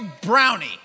brownie